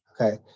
okay